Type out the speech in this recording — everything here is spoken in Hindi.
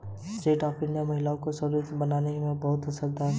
स्टैण्ड अप इंडिया महिलाओं को स्वावलम्बी बनाने में बहुत असरदार है